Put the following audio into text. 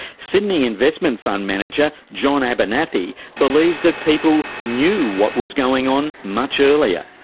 sydney investment fund manager, john abernethy, believes that people knew what was going on much earlier.